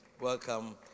Welcome